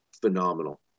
phenomenal